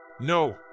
No